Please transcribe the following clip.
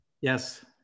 Yes